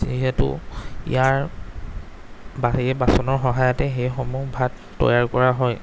যিহেতু ইয়াৰ বাহিৰে বাচনৰ সহায়তে সেইসমূহ ভাত তৈয়াৰ কৰা হয়